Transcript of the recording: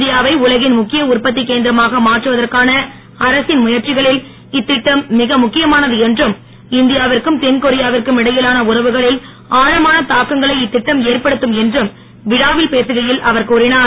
India வை உலகின் முக்கிய உற்பத்தி கேந்திரமாக மாற்றுவதற்கான அரசின் முயற்சிகளில் இத்திட்டம் மிக முக்கியமானது என்றும் இந்தியா விற்கும் தென் கொரியா விற்கும் இடையிலான உறவுகளில் ஆழமான தாக்கங்களை இத்திட்டம் ஏற்படுத்தும் என்றும் விழாவில் பேசுகையில் அவர் கூறிஞர்